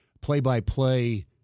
play-by-play